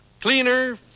Cleaner